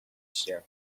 śnię